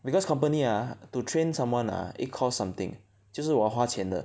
because company ah to train someone ah it cost something 就是我花钱的